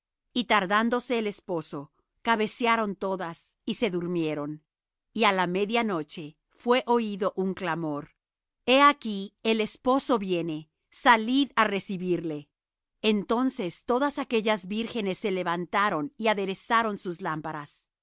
y tardándose el esposo cabecearon todas y se durmieron y á la media noche fué oído un clamor he aquí el esposo viene salid á recibirle entonces todas aquellas vírgenes se levantaron y aderezaron sus lámparas